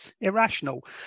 irrational